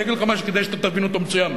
אני אגיד לך משהו שכדאי שתבין אותו מצוין,